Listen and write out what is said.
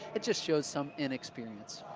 it just shows some inexperience.